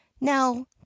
Now